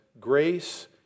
grace